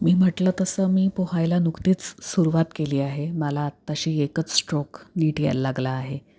मी म्हटलं तसं मी पोहायला नुकतीच सुरुवात केली आहे मला आत्ताशी एकच स्ट्रोक नीट यायला लागला आहे